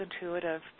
intuitive